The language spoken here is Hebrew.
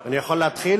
אני יכול להתחיל?